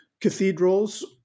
cathedrals